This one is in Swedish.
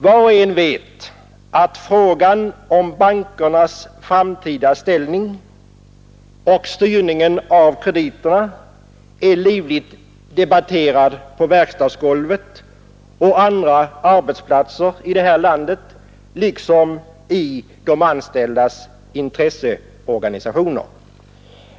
Var och en vet att frågan om bankernas framtida Torsdagen den ställning och styrningen av krediterna är livligt debatterad på verkstads 9 mars 1972 golvet och på andra arbetsplatser här i landet liksom i de anställdas ————— intresseorganisationer.